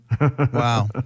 Wow